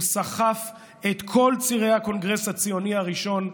הוא סחף את כל צירי הקונגרס הציוני הראשון,